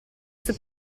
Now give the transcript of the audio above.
sul